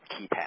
keypad